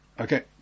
Okay